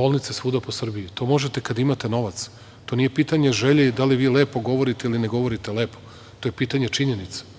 bolnice svuda po Srbiji. To možete kad imate novac. To nije pitanje želje i da li vi lepo govorite ili ne govorite lepo. To je pitanje činjenica.